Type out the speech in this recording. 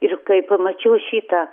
ir kai pamačiau šitą